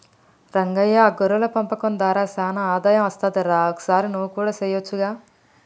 రంగయ్య గొర్రెల పెంపకం దార సానా ఆదాయం అస్తది రా ఒకసారి నువ్వు కూడా సెయొచ్చుగా